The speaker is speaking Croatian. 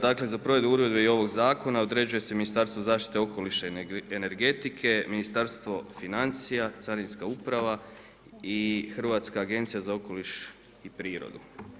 Dakle za provedbu uredbe i ovog zakona određuje se Ministarstvo zaštite okoliša i energetike, Ministarstvo financija, Carinska uprava i Hrvatska agencija za okoliš i prirodu.